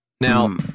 Now